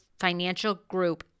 financialgroup